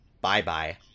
Bye-bye